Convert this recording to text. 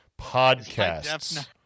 Podcasts